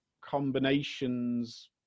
combinations